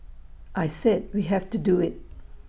I said we have to do IT